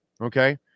okay